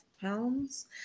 pounds